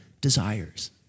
desires